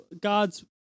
God's